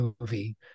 movie